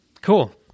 Cool